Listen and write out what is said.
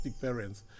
parents